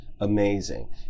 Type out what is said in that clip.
amazing